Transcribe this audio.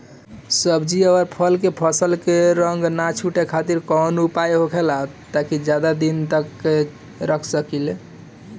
सब्जी और फल के फसल के रंग न छुटे खातिर काउन उपाय होखेला ताकि ज्यादा दिन तक रख सकिले?